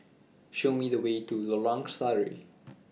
Show Me The Way to Lorong Sari